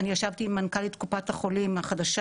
אני ישבתי עם מנכ"לית קופות החולים החדשה